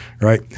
Right